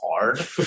hard